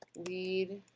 lead.